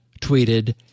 tweeted